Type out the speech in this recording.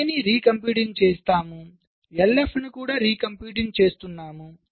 A నీ recomputing చేస్తాము LF నీ కూడా రీ కంప్యూటింగ్ చేస్తున్నాము